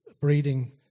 breeding